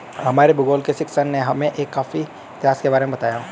हमारे भूगोल के शिक्षक ने हमें एक कॉफी इतिहास के बारे में बताया